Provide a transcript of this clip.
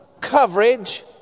coverage